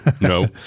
No